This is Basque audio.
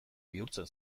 bihurtzen